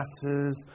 glasses